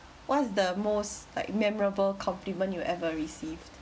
what's the most like memorable compliment you ever received